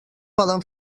poden